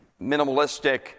minimalistic